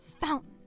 fountain